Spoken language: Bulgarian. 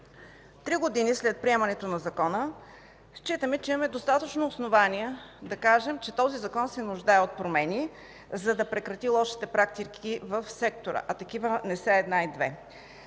Три години след приемането на Закона считаме, че имаме достатъчно основания да кажем, че той се нуждае от промени, за да прекрати лошите практики в сектора, а такива не са една и две.